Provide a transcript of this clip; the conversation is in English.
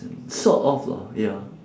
sort of lah ya